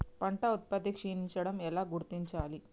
పంట ఉత్పత్తి క్షీణించడం ఎలా గుర్తించాలి?